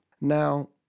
Now